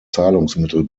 zahlungsmittel